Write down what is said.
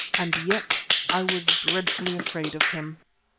and yet i was dreadfully afraid of him.